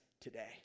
today